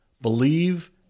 Believe